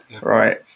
right